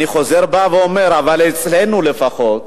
אני חוזר ואומר, אבל אצלנו לפחות,